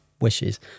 wishes